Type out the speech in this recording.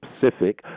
Pacific